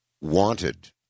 wanted